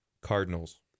Cardinals